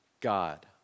God